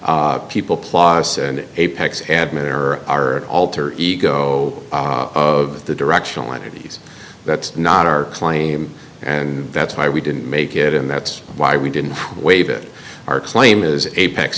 people plus an apex admin are our alter ego of the directional entities that's not our claim and that's why we didn't make it and that's why we didn't waive it our claim is apex